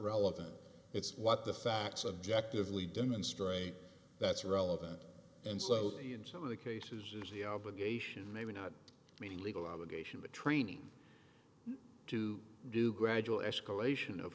relevant it's what the facts objectively demonstrate that's relevant and so in some of the cases is the obligation maybe not meeting legal obligation but training to do gradual escalation of